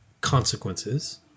consequences